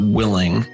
willing